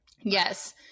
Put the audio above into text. Yes